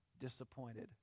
disappointed